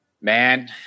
man